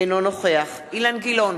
אינו נוכח אילן גילאון,